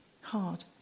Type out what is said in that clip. hard